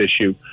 issue